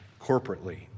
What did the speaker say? corporately